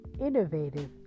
innovative